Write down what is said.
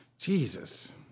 Jesus